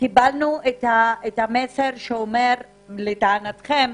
קיבלנו את המסר שאומר, לטענתכם,